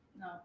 No